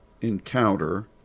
encounter